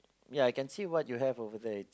ya I can see what you have over there it's